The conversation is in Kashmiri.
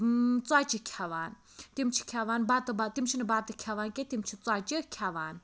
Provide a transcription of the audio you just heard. ژۅچہِ کھیٚوان تِم چھِ کھیٚوان بَتہٕ بَد تِم چھِ نہٕ بَتہٕ کھیٚوان کیٚنٛہہ تِم چھِ ژۄچہِ کھیٚوان